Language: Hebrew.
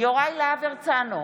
יוראי להב הרצנו,